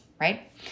right